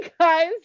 guys